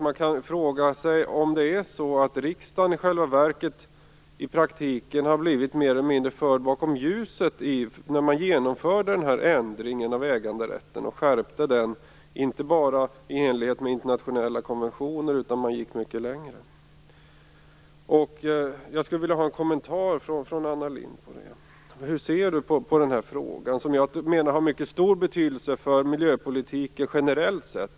Man kan fråga sig om riksdagen i praktiken blev mer eller mindre förd bakom ljuset när man genomförde skärpningen av äganderätten, inte bara i enlighet med internationella konventioner utan man gick mycket längre. Jag skulle vilja höra hur Anna Lindh ser på frågan, som jag menar har mycket stor betydelse för miljöpolitiken generellt sett.